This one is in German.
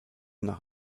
nach